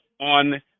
on